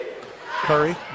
Curry